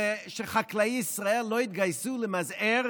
ושחקלאי ישראל לא יתגייסו למזער